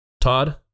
Todd